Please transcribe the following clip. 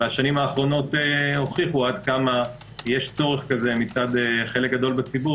השנים האחרונות הוכיחו עד כמה יש צורך כזה מצד חלק גדול בציבור,